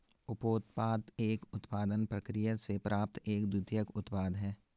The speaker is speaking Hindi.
उपोत्पाद एक उत्पादन प्रक्रिया से प्राप्त एक द्वितीयक उत्पाद है